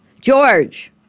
george